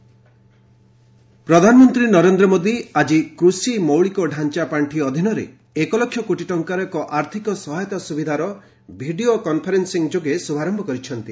PM Kisan ପ୍ରଧାନମନ୍ତ୍ରୀ ନରେନ୍ଦ୍ର ମୋଦି ଆଜି କୃଷି ମୌଳିକ ଡାଞା ପାଣ୍ଡି ଅଧୀନରେ ଏକ ଲକ୍ଷ କୋଟି ଟଙ୍କାର ଏକ ଆର୍ଥକ ସହାୟତା ସ୍ରବିଧାର ଭିଡ଼ିଓ କନ୍ଫରେନ୍ଦିଂ ଯୋଗେ ଶୁଭାରୟ କରିଛନ୍ତି